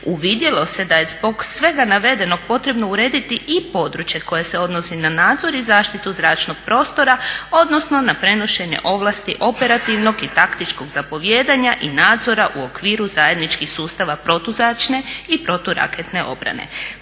Uvidjelo se da je zbog svega navedenog potrebno urediti i područje koje se odnosi na nadzor i zaštitu zračnog prostora odnosno na prenošenje ovlasti operativnog i taktičkog zapovijedanja i nadzora u okviru zajedničkih sustava protuzračne i proturaketne obrane.